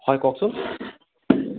হয় কওকচোন